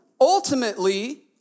Ultimately